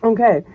Okay